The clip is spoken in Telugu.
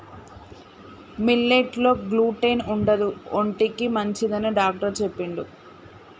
మిల్లెట్ లో గ్లూటెన్ ఉండదు ఒంటికి మంచిదని డాక్టర్ చెప్పిండు